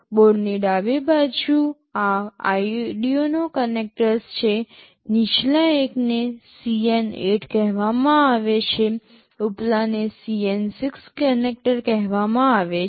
બોર્ડની ડાબી બાજુ આ Arduino કનેક્ટર્સ છે નીચલા એકને CN8 કહેવામાં આવે છે ઉપલાને CN6 કનેક્ટર કહેવામાં આવે છે